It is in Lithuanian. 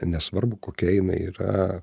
nesvarbu kokia jinai yra